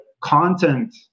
content